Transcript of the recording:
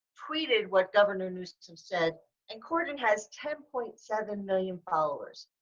tweeted what governor newsom said and corden has ten point seven million followers.